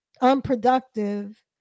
unproductive